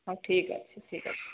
ହେଉ ଠିକ୍ ଅଛି ଠିକ୍ ଅଛି